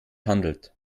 handelt